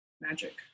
magic